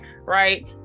right